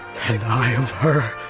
and i of her.